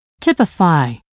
typify